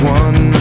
one